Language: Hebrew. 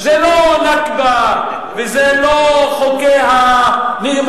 זה לא חוק ה"נכבה" וזה לא חוקי הנאמנות,